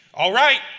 all right,